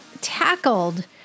tackled